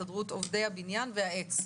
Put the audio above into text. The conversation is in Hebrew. הסתדרות עובדי הבניין והעץ.